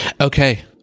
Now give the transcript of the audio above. okay